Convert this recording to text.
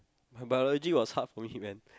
Biology was hard for human